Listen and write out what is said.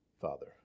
Father